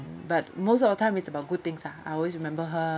but most of the time is about good things ah I always remember her